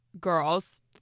girls